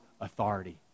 authority